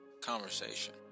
conversation